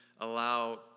allow